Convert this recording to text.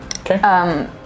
Okay